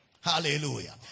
Hallelujah